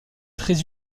très